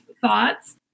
thoughts